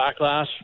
backlash